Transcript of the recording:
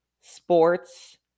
sports